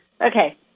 Okay